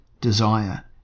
desire